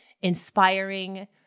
inspiring